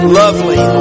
lovely